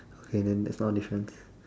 okay then that's not a difference